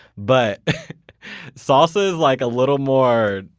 but salsa is, like, a little more,